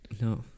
No